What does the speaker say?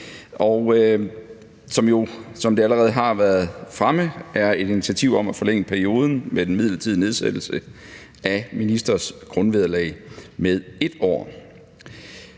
som det allerede har været fremme, er et initiativ til at forlænge perioden med den midlertidige nedsættelse af ministres grundvederlag med 1 år.